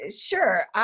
Sure